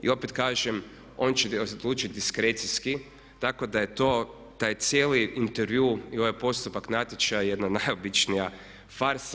I opet kažem on će odlučiti diskrecijski tako da je to, taj cijeli intervju i ovaj postupak natječaja jedna najobičnija farsa.